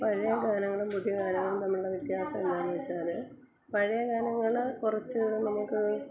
പഴയ ഗാനങ്ങളും പുതിയ ഗാനങ്ങളും തമ്മിലുള്ള വ്യത്യാസം എന്താണെന്ന് വെച്ചാല് പഴയ ഗാനങ്ങള് കുറച്ച് നമുക്ക്